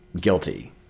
Guilty